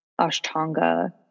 Ashtanga